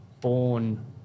born